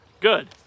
Good